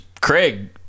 craig